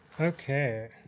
Okay